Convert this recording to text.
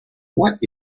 what